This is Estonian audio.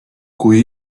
kui